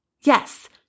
Yes